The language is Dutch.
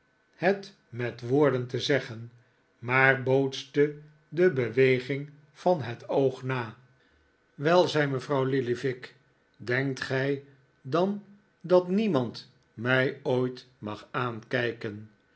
het met woorden te zeggen maar bootste de beweging van het oog na nikolaas nickleby wel zei mevrouw lillyvick denkt gij dan dat niemand mij ooit mag aankijken